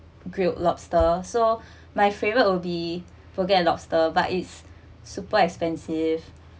grilled lobster so my favorite will be to get a lobster but it's super expensive